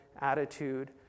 attitude